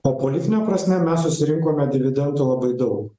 o politine prasme mes susirinkome dividendų labai daug